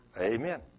amen